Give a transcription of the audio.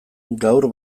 gaur